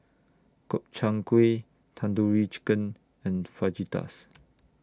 Gobchang Gui Tandoori Chicken and Fajitas